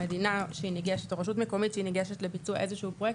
המדינה או רשות שניגשת לאיזה שהוא פרויקט,